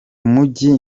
mujyi